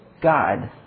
God